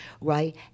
right